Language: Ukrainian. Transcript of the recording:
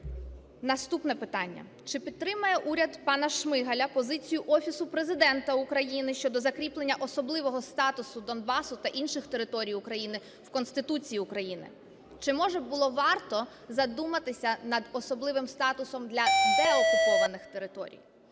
Наступне питання. Чи підтримає уряд пана Шмигаля позицію Офісу Президента України щодо закріплення особливого статусу Донбасу та інших територій України в Конституції України? Чи, може, було варто задуматися над особливим статусом для деокупованих територій?